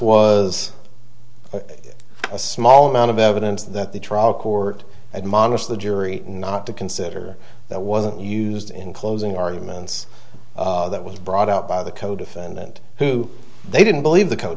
was a small amount of evidence that the trial court admonished the jury not to consider that wasn't used in closing arguments that was brought out by the codefendant who they didn't believe the code